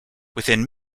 within